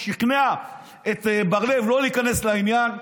ששכנע את בר לב לא להיכנס לעניין.